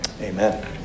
amen